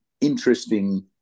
interesting